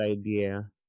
idea